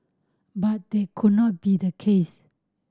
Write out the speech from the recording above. but they could not be the case